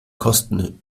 kosten